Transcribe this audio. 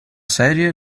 serie